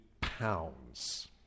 pounds